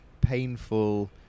painful